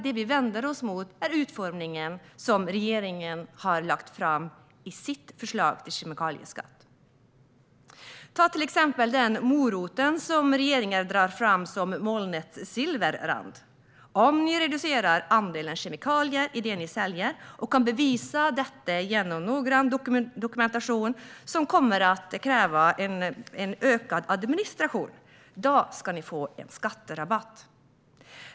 Det vi vänder oss mot är den utformning av kemikalieskatt som regeringen har lagt fram förslag om. Ta till exempel den morot som regeringen drar fram som molnets silverrand: Om ni reducerar andelen kemikalier i det ni säljer och kan bevisa detta genom noggrann dokumentation - som kommer att kräva en ökad administration - ska ni få en skatterabatt!